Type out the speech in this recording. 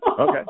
Okay